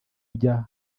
ujya